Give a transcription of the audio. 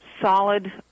solid